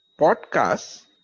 podcasts